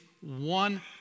one